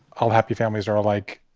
all happy families are alike